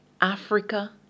Africa